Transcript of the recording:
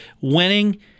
winning